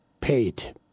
Paid